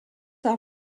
are